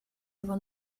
его